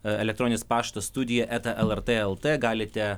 elektroninis paštas studija eta lrt lt galite